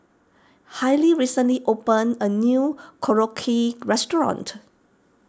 Hailey recently opened a new Korokke restaurant